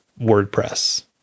WordPress